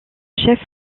chef